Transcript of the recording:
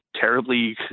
terribly